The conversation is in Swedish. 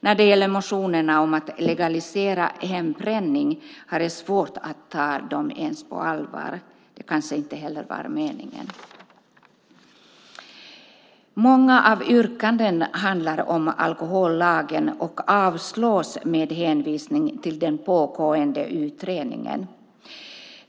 När det gäller motionerna om att legalisera hembränning har jag svårt att ta dem på allvar; det kanske inte heller har varit meningen. Många av yrkandena handlar om alkohollagen och avstyrks med hänvisning till den pågående utredningen.